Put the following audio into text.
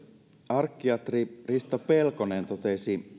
arkkiatri risto pelkonen totesi